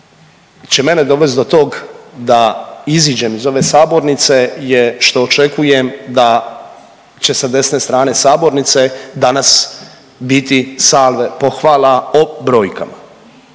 će mene dovesti do tog da iziđem iz ove sabornice je što očekujem da će sa desne strane sabornice danas biti salve pohvala o brojkama.